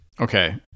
Okay